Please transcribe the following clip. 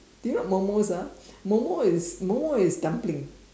do you know what momos are momo is momo is dumpling